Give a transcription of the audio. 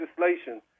legislation